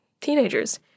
teenagers